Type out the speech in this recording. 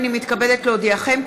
הנני מתכבדת להודיעכם,